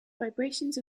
vibrations